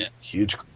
Huge